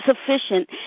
sufficient